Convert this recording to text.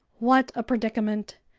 what a predicament!